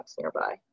nearby